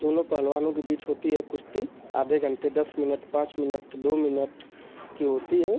दोनों पहलवानों के बीच होती है कुश्ती आधे घण्टे दस मिनट पाँच मिनट दो मिनट की होती है